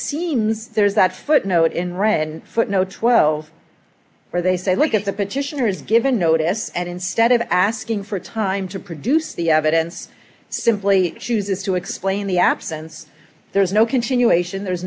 seems there's that footnote in red footnote twelve where they say look at the petitioners given notice and instead of asking for time to produce the evidence simply chooses to explain the absence there is no continuation there is